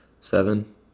Seven